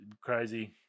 crazy